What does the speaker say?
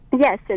Yes